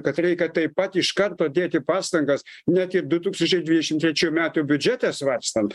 kad reikia taip pat iš karto dėti pastangas net ir du tūkstančiai dvidešim trečiųjų metų biudžetą svarstant